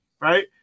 right